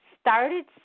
started